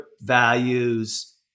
values